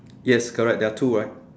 yes correct there are two right